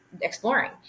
exploring